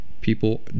people